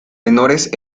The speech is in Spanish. menores